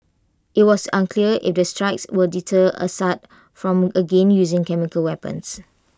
IT was unclear if IT strikes will deter Assad from again using chemical weapons